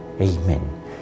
Amen